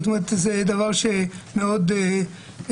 כלומר, זה דבר מאוד פעיל.